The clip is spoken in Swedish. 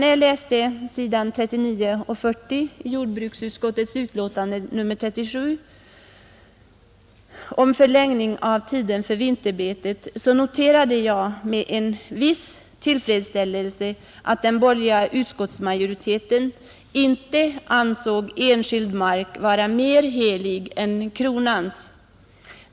När jag läste sidorna 39 och 40 i jordbruksutskottets betänkande nr 37 om förlängning av tiden för vinterbetet, noterade jag med en viss tillfredsställelse att den borgerliga utskottsmajoriteten inte ansåg enskild mark vara mer helig än Kronans.